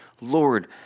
Lord